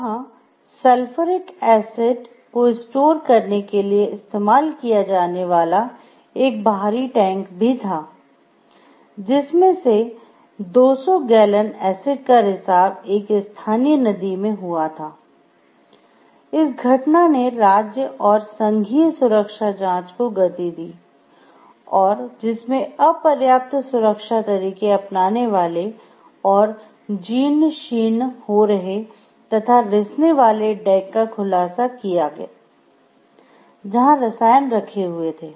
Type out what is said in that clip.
वहां sulphuric acid का खुलासा किया जहाँ रसायन रखे हुए थे